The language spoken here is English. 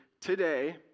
today